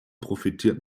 profitiert